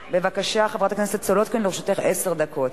בבקשה, חברת הכנסת סולודקין, לרשותך עשר דקות.